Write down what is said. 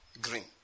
green